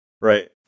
Right